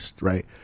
right